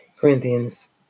Corinthians